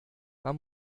man